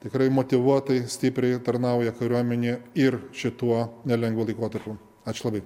tikrai motyvuotai stipriai tarnauja kariuomenėje ir šituo nelengvu laikotarpiu ačiū labai